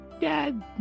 dad